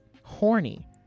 horny